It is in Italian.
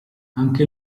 anche